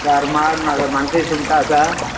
करमाट ना मानशेची सुंगटां आसा